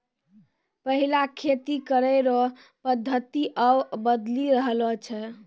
पैहिला खेती करै रो पद्धति आब बदली रहलो छै